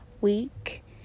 week